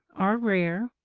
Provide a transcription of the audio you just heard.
are rare,